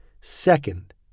Second